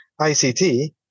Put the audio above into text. ICT